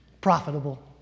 Profitable